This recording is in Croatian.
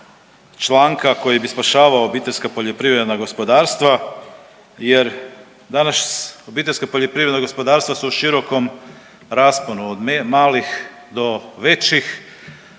članka koji bi spašavao obiteljska poljoprivredna gospodarstva jer danas obiteljska poljoprivredna gospodarstva su u širokom rasponu od malih do većih,